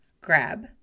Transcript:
grab